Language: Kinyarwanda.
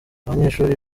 abanyeshuri